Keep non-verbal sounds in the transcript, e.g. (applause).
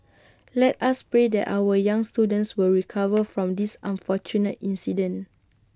let us pray that our young students will recover (noise) from this unfortunate incident